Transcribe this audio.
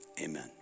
amen